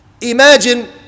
Imagine